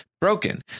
broken